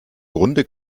grunde